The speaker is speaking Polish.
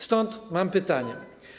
Stąd mam pytanie.